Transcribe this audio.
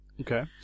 Okay